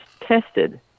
tested